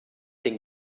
den